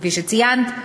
כפי שציינת,